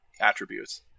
attributes